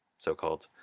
so-called,